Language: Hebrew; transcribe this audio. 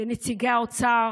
לנציגי האוצר